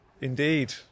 Indeed